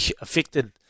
affected